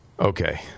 Okay